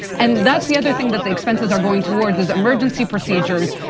and that's the other thing that the expenses are going towards is emergency procedures,